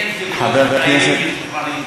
כי אין חלקות לחיילים משוחררים.